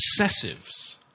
obsessives